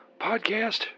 podcast